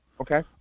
Okay